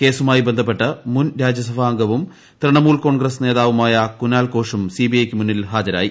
കേസുമായി ബന്ധപ്പെട്ട് മുൻ രാജ്യസഭാ അംഗവും തൃണമൂൽ കോൺഗ്രസ് നേതാവുമായ കുനാൽഘോഷും സി ബി ഐ യ്ക്ക് മുന്നിൽ ഹാജരായി